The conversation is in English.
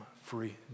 free